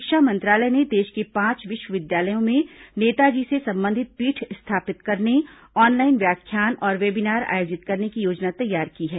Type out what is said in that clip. शिक्षा मंत्रालय ने देश के पांच विश्वविद्यालयों में नेताजी से संबंधित पीठ स्थापित करने ऑनलाइन व्याख्यान और वेबिनार आयोजित करने की योजना तैयार की है